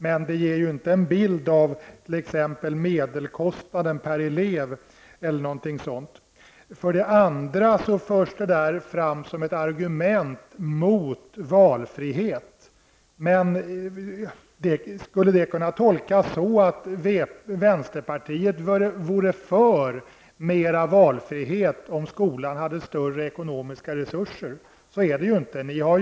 Men detta ger ju ingen bild av t.ex. medelkostnaden per elev. Detta förs för det andra fram som ett argument mot valfrihet. Skulle det kunna tolkas så, att vänsterpartiet vore för en större valfrihet om skolan hade större ekonomiska resurser? Detta är ju inte fallet.